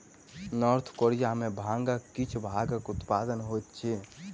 north Korea में भांगक किछ भागक उत्पादन होइत अछि